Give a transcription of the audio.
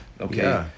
Okay